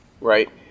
right